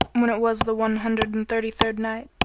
when it was the one hundred and thirty-third night,